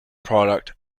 product